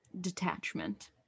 detachment